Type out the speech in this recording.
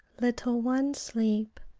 little one, sleep.